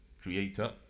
Creator